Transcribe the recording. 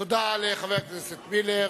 תודה לחבר הכנסת מילר